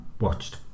watched